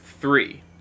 three